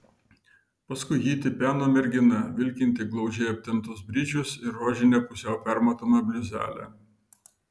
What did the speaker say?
paskui jį tipeno mergina vilkinti glaudžiai aptemptus bridžus ir rožinę pusiau permatomą bliuzelę